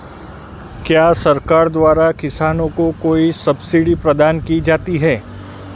क्या सरकार द्वारा किसानों को कोई सब्सिडी प्रदान की जाती है?